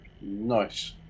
nice